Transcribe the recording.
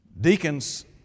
Deacons